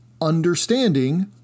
understanding